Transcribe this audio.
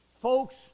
Folks